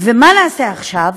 ומה נעשה עכשיו?